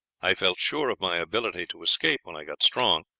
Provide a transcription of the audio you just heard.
i felt sure of my ability to escape when i got strong,